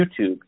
YouTube